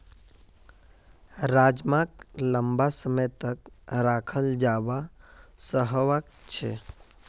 राजमाक लंबा समय तक रखाल जवा सकअ छे